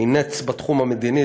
אני נץ בתחום המדיני,